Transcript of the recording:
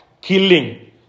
killing